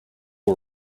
all